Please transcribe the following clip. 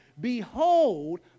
Behold